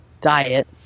diet